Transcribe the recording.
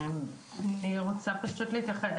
בבקשה.